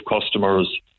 customers